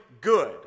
good